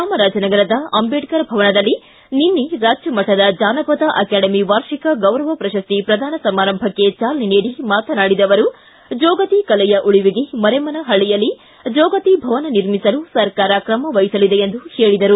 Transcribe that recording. ಚಾಮರಾಜನಗರದ ಅಂಬೇಡ್ಕರ್ ಭವನದಲ್ಲಿ ನಿನ್ನೆ ರಾಜ್ಯಮಟ್ಟದ ಜಾನಪದ ಅಕಾಡೆಮಿ ವಾರ್ಷಿಕ ಗೌರವ ಪ್ರಶಸ್ತಿ ಪ್ರದಾನ ಸಮಾರಂಭಕ್ಕೆ ಚಾಲನೆ ನೀಡಿ ಮಾತನಾಡಿದ ಅವರು ಜೋಗತಿ ಕಲೆಯ ಉಳಿವಿಗೆ ಮರೇಮನ ಹಳ್ಳಯಲ್ಲಿ ಜೋಗತಿ ಭವನ ನಿರ್ಮಿಸಲು ಸರ್ಕಾರ ಕ್ರಮವಹಿಸಲಿದೆ ಎಂದು ಹೇಳಿದರು